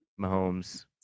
Mahomes